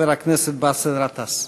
ואחריה, חבר הכנסת באסל גטאס.